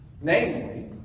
Namely